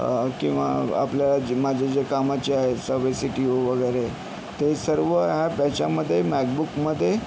किंवा आपल्या जे माझं जे कामाचे आहे सबवे सिटी वगैरे ते सर्व ॲप ह्याच्यामध्ये मॅकबुकमध्ये